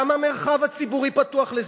גם המרחב הציבורי פתוח לזה.